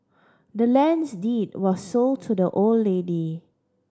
the land's deed was sold to the old lady